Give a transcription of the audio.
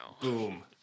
Boom